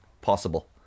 possible